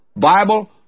Bible